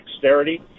dexterity